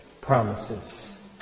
promises